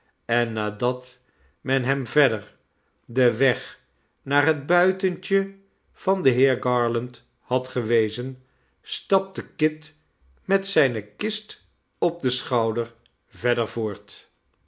werd uitgeleverd en nadatmenhem verder den weg naar het buitentje van den heer garland had gewezen stapte kit met zijne kist op den schouder verder voort